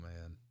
man